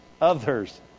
Others